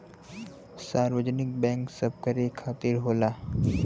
सार्वजनिक बैंक सबकरे खातिर होला